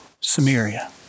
Samaria